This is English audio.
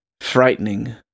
frightening